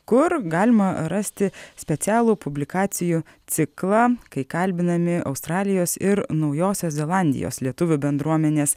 kur galima rasti specialų publikacijų ciklą kai kalbinami australijos ir naujosios zelandijos lietuvių bendruomenės